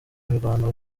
imirwano